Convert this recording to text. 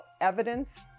evidence